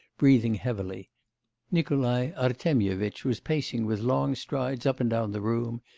breathing heavily nikolai artemyevitch was pacing with long strides up and down the room,